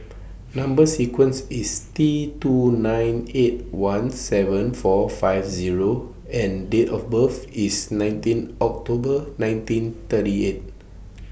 Number sequence IS T two nine eight one seven four five Zero and Date of birth IS nineteen October nineteen thirty eight